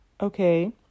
Okay